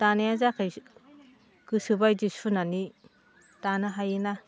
दानाया जाबाय गोसो बायदि सुनानै दानो हायोना